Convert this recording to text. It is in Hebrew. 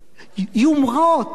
יומרות.